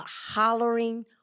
hollering